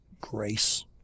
grace